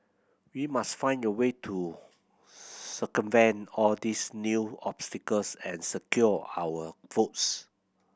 we must find a way to circumvent all these new obstacles and secure our votes